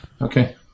Okay